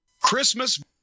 Christmas